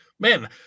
Man